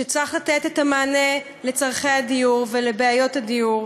שצריך לתת את המענה לצורכי הדיור ולבעיות הדיור,